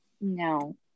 No